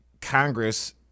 Congress